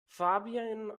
fabian